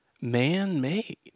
man-made